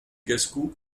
gascous